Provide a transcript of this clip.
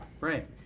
right